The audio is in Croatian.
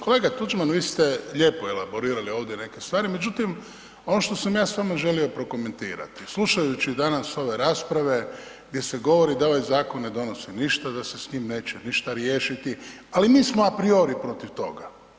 Kolega Tuđman, vi ste lijepo elaborirali neke stvari, međutim, ono što sam ja s vama želio prokomentirati, slušajući danas ove rasprave gdje se govori da ovaj zakon ne donosi ništa, da se s njim neće ništa riješiti, ali mi smo apriori protiv toga.